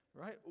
right